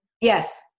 Yes